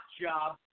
job